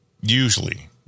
Usually